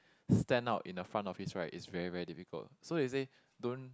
stand out in a front office right is very very difficult so he say don't